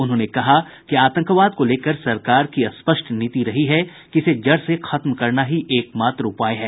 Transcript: उन्होंने कहा कि आतंकवाद को लेकर सरकार की स्पष्ट नीति रही है कि इसे जड़ से खत्म करना ही एकमात्र उपाय है